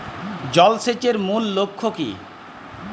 জল সেচের মূল লক্ষ্য কী?